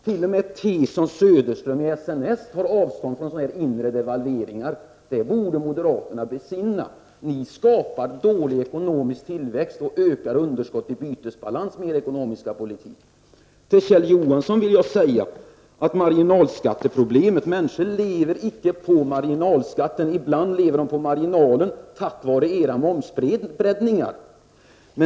T.o.m. Tson Söderström i SNS tar avstånd från inre devalveringar. Det borde moderaterna besinna. Ni skapar dålig ekonomisk tillväxt och ökar underskottet i bytesbalansen med er ekonomiska politik. Till Kjell Johansson vill jag säga att människor inte lever på marginalskatten -- ibland lever de på marginalen på grund av era momsbreddningar.